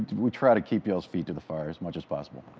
we try to keep y'all's feet to the fire as much as possible.